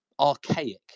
archaic